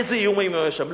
איזה איומים היו שם,